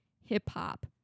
hip-hop